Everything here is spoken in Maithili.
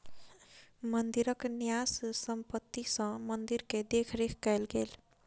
मंदिरक न्यास संपत्ति सॅ मंदिर के देख रेख कएल गेल